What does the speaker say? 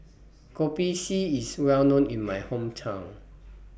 Kopi C IS Well known in My Hometown